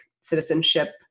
citizenship